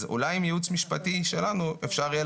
אז אולי עם יעוץ משפטי שלנו אפשר יהיה